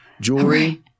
jewelry